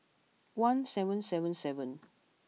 one seven seven seven